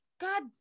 God